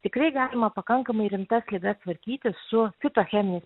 tikrai galima pakankamai rimtas ligas tvarkytis su fitocheminiais